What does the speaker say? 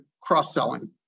cross-selling